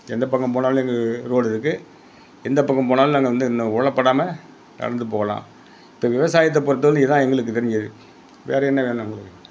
எந்த பக்கம் போனாலும் எங்களுக்கு ரோடு இருக்குது எந்த பக்கம் போனாலும் நாங்கள் வந்து இந்த ஒளை படாமல் நடந்து போகலாம் இப்போ விவசாயத்தை பொறுத்த வரையிலும் இதுதான் எங்களுக்கு தெரிஞ்சது வேறு என்ன வேணும் எங்களுக்கு